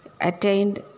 attained